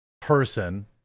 person